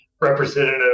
representative